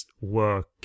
work